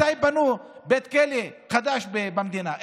מתי בנו בית כלא חדש במדינה?